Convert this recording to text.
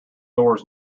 doors